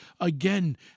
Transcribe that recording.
again